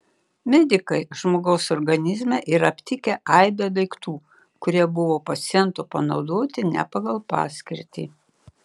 medikai žmogaus organizme yra aptikę aibę daiktų kurie buvo paciento panaudoti ne pagal paskirtį